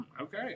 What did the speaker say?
okay